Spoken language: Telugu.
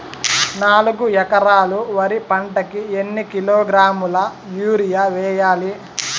నాలుగు ఎకరాలు వరి పంటకి ఎన్ని కిలోగ్రాముల యూరియ వేయాలి?